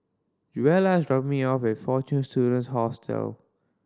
Joella is dropping me off at Fortune Students Hostel